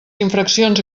infraccions